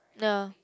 ya